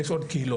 יש עוד קהילות,